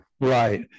right